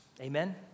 Amen